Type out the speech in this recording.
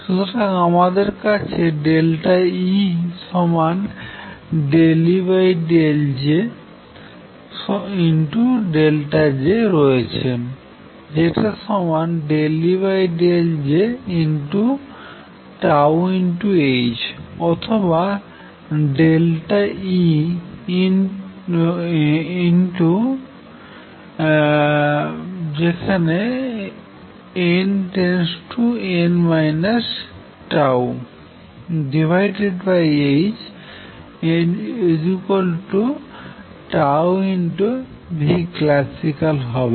সুতরাং আমাদের কাছে E সমান ∂E∂J Jরয়েছে যেটা সমান ∂E∂J τh অথবা En→n τhτclasicalহবে